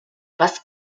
was